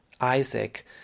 Isaac